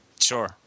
Sure